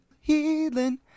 healing